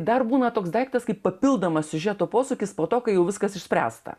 dar būna toks daiktas kaip papildomas siužeto posūkis po to kai jau viskas išspręsta